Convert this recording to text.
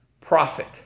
profit